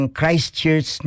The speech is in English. Christchurch